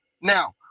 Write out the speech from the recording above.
Now